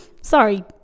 Sorry